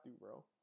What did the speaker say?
bro